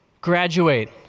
graduate